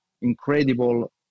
incredible